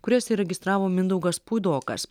kurias įregistravo mindaugas puidokas